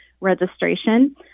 registration